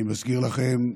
אני מזכיר לכם,